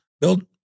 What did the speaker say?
build